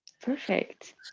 Perfect